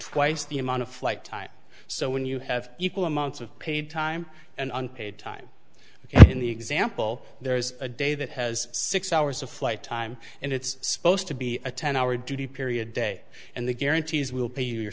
twice the amount of flight time so when you have equal amounts of paid time and unpaid time ok in the example there's a day that has six hours of flight time and it's supposed to be a ten hour duty period day and the guarantees will pay your